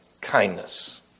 kindness